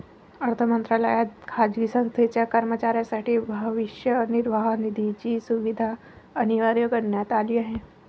अर्थ मंत्रालयात खाजगी संस्थेच्या कर्मचाऱ्यांसाठी भविष्य निर्वाह निधीची सुविधा अनिवार्य करण्यात आली आहे